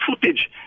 footage